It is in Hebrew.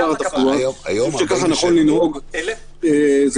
יולי אדלשטיין האשים אתכם כי